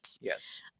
Yes